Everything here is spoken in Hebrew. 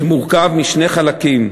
שמורכב משני חלקים: